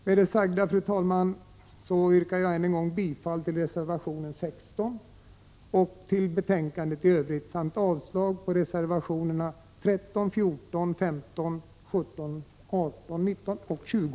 Med det sagda, fru talman, yrkar jag än en gång bifall till reservationen 16 och till utskottets hemställan i betänkandet i övrigt samt avslag på reservationerna 13, 14, 15, 17, 18, 19 och 20.